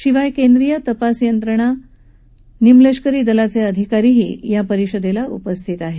शिवाय केंद्रीय तपास यंत्रणा निमलष्करी दलाचे अधिकारीही या परिषदेला उपस्थित आहेत